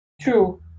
True